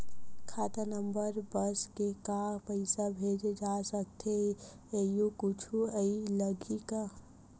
खाता नंबर बस से का पईसा भेजे जा सकथे एयू कुछ नई लगही का?